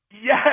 Yes